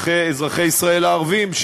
אזרחי ישראל הערבים,